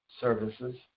services